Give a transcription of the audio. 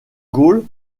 gaulle